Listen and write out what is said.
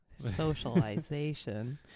socialization